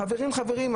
חברים חברים,